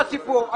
הסיפור.